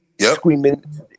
screaming